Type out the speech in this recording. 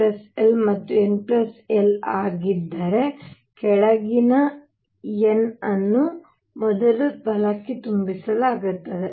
ಮತ್ತು n l ಆಗಿದ್ದರೆ ಕೆಳಗಿನ n ಅನ್ನು ಮೊದಲು ಬಲಕ್ಕೆ ತುಂಬಿಸಲಾಗುತ್ತದೆ